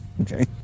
Okay